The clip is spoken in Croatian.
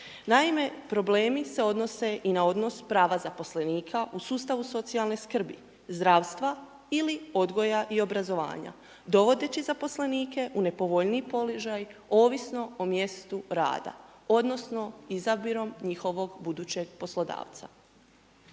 Naime, problemi se odnose i na odnos prava zaposlenika u sustavu socijalne skrbi, zdravstva ili odgoja i obrazovanja dovodeći zaposlenik u nepovoljniji položaj ovisno o mjestu rada odnosno izabirom njihovog budućeg poslodavca.